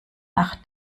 nach